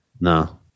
No